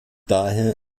daher